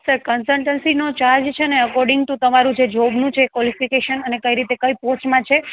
sir કન્સલ્ટન્સીનો charge છે ને અકોર્ડિંગ ટુ તમારું જે જોબનું જે કોલિફિકેશન અને કઈ રીતે કઈ પોસ્ટમાં છે